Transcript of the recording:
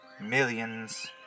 millions